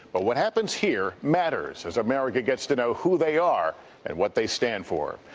but what happens here matters as america gets to know who they are and what they stand for.